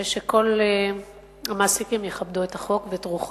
ושכל המעסיקים יכבדו את החוק ואת רוחו.